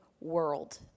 world